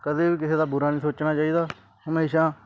ਕਦੇ ਵੀ ਕਿਸੇ ਦਾ ਬੁਰਾ ਨਹੀਂ ਸੋਚਣਾ ਚਾਹੀਦਾ ਹਮੇਸ਼ਾ